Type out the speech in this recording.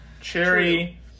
Cherry